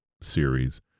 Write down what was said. series